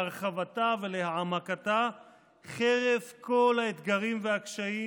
להרחבתה ולהעמקתה חרף כל האתגרים והקשיים,